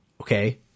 Okay